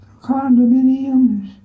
condominiums